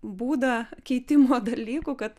būdą keitimo dalykų kad